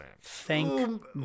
Thank